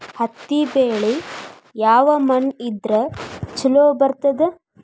ಹತ್ತಿ ಬೆಳಿ ಯಾವ ಮಣ್ಣ ಇದ್ರ ಛಲೋ ಬರ್ತದ?